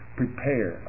prepare